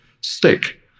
stick